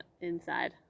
inside